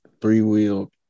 three-wheel